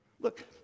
Look